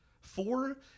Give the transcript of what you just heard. Four